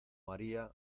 maría